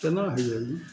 केना होइये ई